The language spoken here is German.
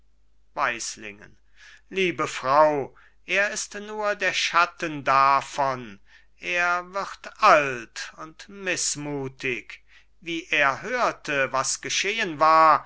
weislingen liebe frau er ist nur der schatten davon er wird alt und mißmutig wie er hörte was geschehen war